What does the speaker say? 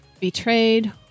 betrayed